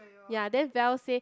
ya then Val say